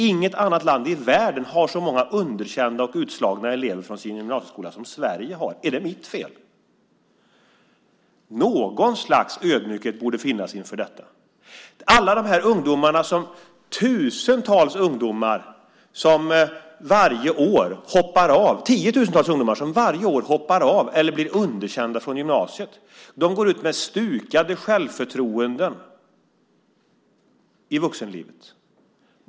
Inget annat land i världen har så många underkända och utslagna elever från sin gymnasieskola som Sverige har. Är det mitt fel? Något slags ödmjukhet borde finnas inför detta. Alla de tiotusentals ungdomar som varje år hoppar av eller blir underkända i gymnasiet går ut med stukade självförtroenden i vuxenlivet.